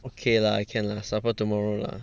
okay lah can lah supper tomorrow lah